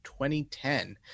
2010